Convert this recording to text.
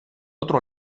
otro